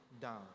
down